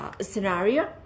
scenario